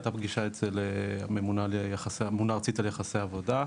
הייתה פגישה אצל הממונה הארצית על יחסי עבודה,